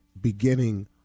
beginning